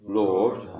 lord